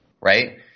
right